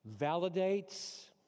validates